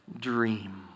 dream